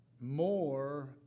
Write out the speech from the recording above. more